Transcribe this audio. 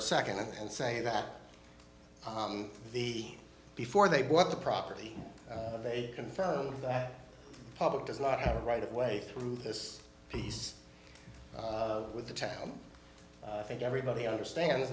a second and say that the before they bought the property they confirmed that public does not have a right of way through this piece with the town i think everybody understands